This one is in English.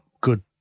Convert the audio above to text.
good